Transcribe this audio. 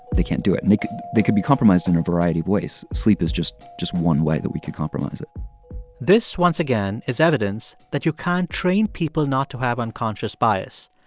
they can't do it. and they could they could be compromised in a variety of ways. sleep is just just one way that we could compromise it this, once again, is evidence that you can't train people not to have unconscious bias,